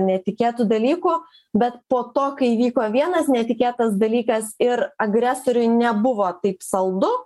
netikėtų dalykų bet po to kai įvyko vienas netikėtas dalykas ir agresoriui nebuvo taip saldu